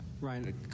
Ryan